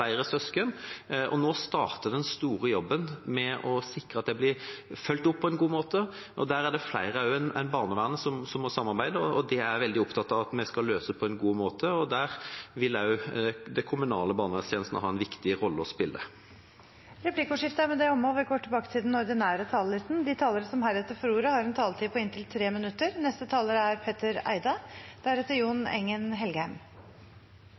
flere søsken. Nå starter den store jobben med å sikre at de blir fulgt opp på en god måte. Der er det flere enn barnevernet som må samarbeide, og det er jeg veldig opptatt av at vi skal løse på en god måte. Der vil også den kommunale barnevernstjenesten ha en viktig rolle å spille. Replikkordskiftet er omme. De talere som heretter får ordet, har også en taletid på inntil 3 minutter.